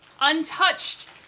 untouched